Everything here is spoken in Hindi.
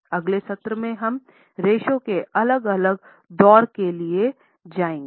अगले सत्र में हम रेश्यो के अगले दौर के लिए जाएंगे